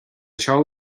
anseo